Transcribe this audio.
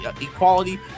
equality